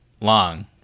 long